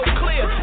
clear